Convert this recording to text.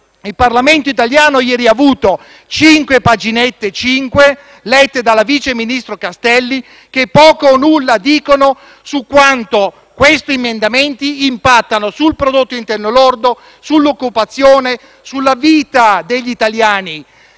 Il Parlamento italiano ieri ha avuto cinque paginette - dico cinque - lette dal sottosegretario Castelli, che poco o nulla dicono su quanto questi emendamenti impattino sul prodotto interno lordo, sull'occupazione e sulla vita degli italiani,